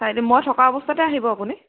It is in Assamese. চাই দিম মই থকা অৱস্থাতে আহিব আপুনি